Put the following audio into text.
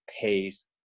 pays